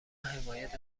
حمایت